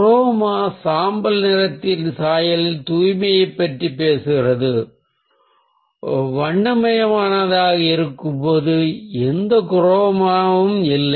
chroma சாம்பல் நிறத்தில் சாயலின் தூய்மையைப் பற்றி பேசுகிறது வண்ணமயமானதாக இருக்கும்போது எந்த குரோமாவும் இல்லை